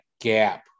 gap